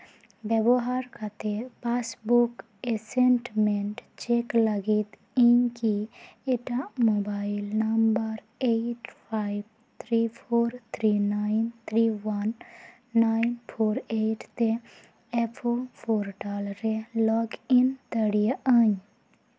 ᱵᱮᱵᱚᱦᱟᱨ ᱠᱟᱛᱮ passbook statement check ᱞᱟᱹᱜᱤᱫ ᱤᱧᱠᱤ ᱮᱴᱟᱜ mobile number eight five three four three nine three one nine four eight ᱛᱮ ᱮᱯᱷᱳ ᱯᱳᱨᱴᱟᱞ ᱨᱮ ᱞᱚᱜᱽ ᱤᱱ ᱫᱟᱲᱮᱭᱟᱜᱼᱟᱹᱧ